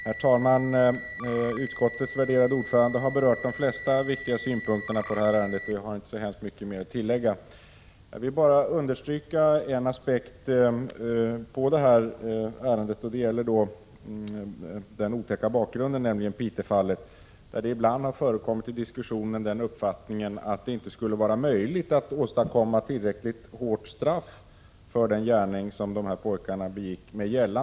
Herr talman! Utskottets värderade ordförande har berört de flesta viktiga synpunkterna på det här ärendet, och jag har inte så hemskt mycket mer att tillägga. Jag vill bara understryka en aspekt på ärendet, och det gäller då den otäcka bakgrunden, nämligen Piteåfallet. I diskussionen har ibland förekommit den uppfattningen att det inte skulle vara möjligt att med gällande regler åstadkomma tillräckligt hårda straff för den gärning som de här pojkarna begick.